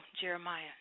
Jeremiah